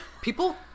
People